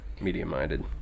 medium-minded